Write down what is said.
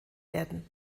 werden